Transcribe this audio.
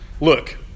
look